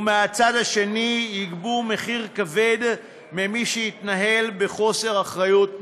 ומהצד השני יגבו מחיר כבד ממי שהתנהל בחוסר אחריות משווע.